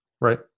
Right